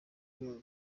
rwego